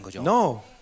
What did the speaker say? no